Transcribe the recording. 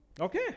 Okay